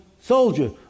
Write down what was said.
soldier